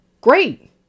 Great